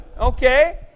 Okay